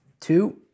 two